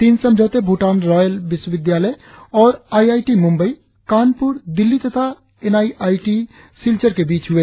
तीन समझौते भूटान रॉयल विश्वविद्यालय और I I T Mumbai Kanpur Delhi तथा एनआईआईटी सिलचर के बीच हुए